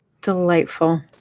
Delightful